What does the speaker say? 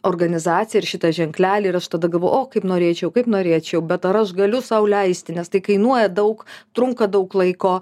organizaciją ir šitą ženklelį ir aš tada galvojau o kaip norėčiau kaip norėčiau bet ar aš galiu sau leisti nes tai kainuoja daug trunka daug laiko